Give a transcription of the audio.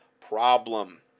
problem